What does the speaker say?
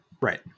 right